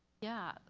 yeah.